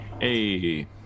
Hey